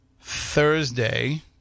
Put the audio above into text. Thursday